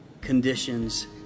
conditions